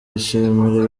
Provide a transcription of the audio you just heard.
yishimira